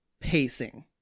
pacing